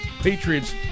Patriots